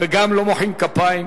וגם לא מוחאים כפיים,